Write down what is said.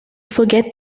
forget